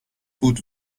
بود